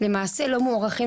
למעשה לא מוערכים,